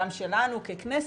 גם שלנו ככנסת,